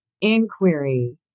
inquiry